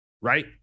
right